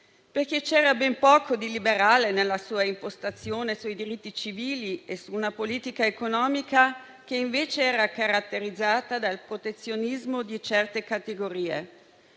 perché c'era ben poco di liberale nella sua impostazione sui diritti civili e su una politica economica che invece era caratterizzata dal protezionismo di certe categorie.